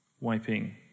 wiping